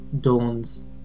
Dawn's